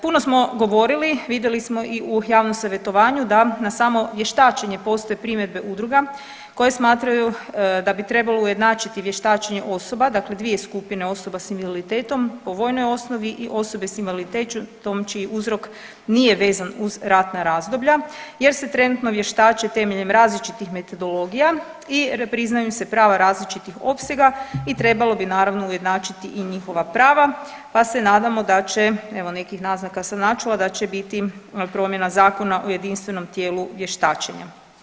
Puno smo govorili, vidjeli smo i u javnom savjetovanju da na samo vještačenje postoje primjedbe udruga koje smatraju da bi trebalo ujednačiti vještačenje osoba, dakle dvije skupine osoba s invaliditetom po vojnoj osnovi i osobe s invaliditetom čiji uzrok nije vezan uz ratna razdoblja jer se trenutno vještače temeljem različitih metodologija i priznaju se prava različitih opsega i trebalo bi naravno ujednačiti i njihova prava, pa se nadamo da će evo nekih naznaka sam načula da će biti promjena Zakona o jedinstvenom tijelu vještačenja.